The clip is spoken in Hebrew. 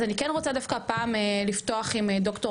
אז אני כן רוצה דווקא הפעם לפתוח עם ד"ר